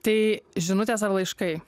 tai žinutės ar laiškai